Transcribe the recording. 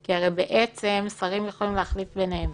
כי הרי בעצם שרים יכולים להחליף ביניהם,